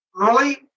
early